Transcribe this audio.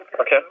Okay